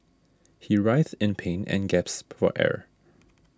he writhed in pain and gasped for air